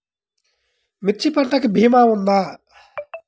మిర్చి పంటకి భీమా ఉందా?